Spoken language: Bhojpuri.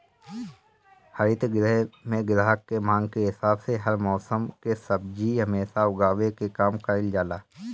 हरित गृह में ग्राहक के मांग के हिसाब से हर मौसम के सब्जी हमेशा उगावे के काम कईल जाला